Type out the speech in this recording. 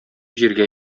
җиргә